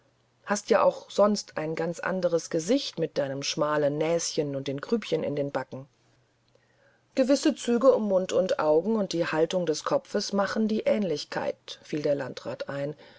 hast ja auch sonst ein ganz anderes gesicht mit deinem schmalen näschen und den grübchen in den backen gewisse züge um mund und augen und die haltung des kopfes machen die aehnlichkeit fiel der landrat ein